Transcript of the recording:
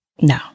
No